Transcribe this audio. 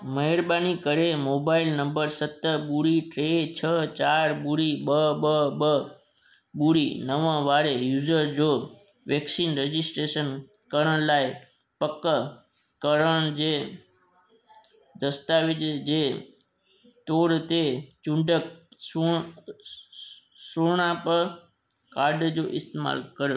महिरबानी करे mobile number सत बुड़ी टे छ चारि ॿुड़ी ॿ ॿ ॿुड़ी नव वारे यूज़र जो वेक्सिन रजिस्ट्रेशन करण लाइ पक करण जे दस्तावेज जे टूर ते चूंडक सूहं सू सुहिड़ाप कार्ड जो इस्तेमाल कर